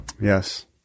Yes